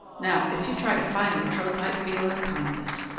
now, if you try to find it, troth, i'd feel it a kindness.